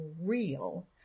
real